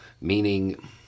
meaning